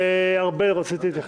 ארבל, רצית להתייחס.